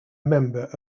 member